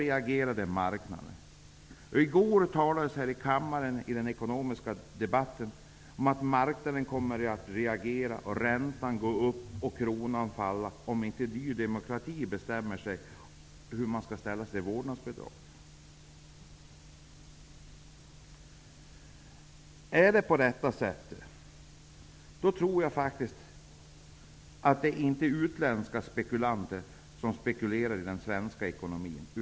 I går talades det här i kammaren under den ekonomiska debatten om att marknaden kommer att reagera, räntan gå upp och kronan falla om inte Ny demokrati bestämmer sig för hur de skall ställa sig till vårdnadsbidraget. Om det är på detta sätt, tror jag inte att det är utländska utan svenska spekulanter som spekulerar i den svenska ekonomin.